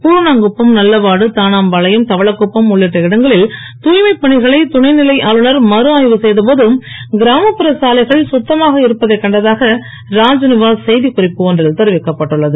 புர்ணாங்குப்பம் நல்லவாடு தானாம்பாளையம் தவளக்குப்பம் உள்ளிட்ட இடங்களில் தூய்மைப்பணிகளை துணைநிலை ஆளுனர் மறுஆய்வு செய்தபோது கிராமப்புற சாலைகள் சுத்தமாக இருப்பதைக் கண்டதாக ராஜ்நிவாஸ் செய்திக்குறிப்பு ஒன்றில் தெரிவிக்கப்பட்டுள்ளது